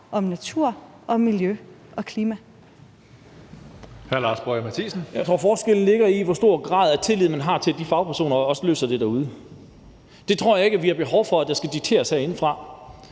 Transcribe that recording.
Boje Mathiesen (UFG): Jeg tror, forskellen ligger i, hvor stor en grad af tillid man har til, at fagpersonerne også løser det derude. Det tror jeg ikke vi har behov for skal dikteres herindefra.